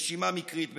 רשימה מקרית בהחלט.